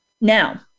Now